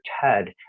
Ted